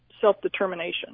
self-determination